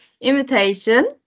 invitation